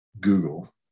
Google